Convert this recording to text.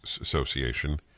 Association